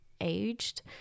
aged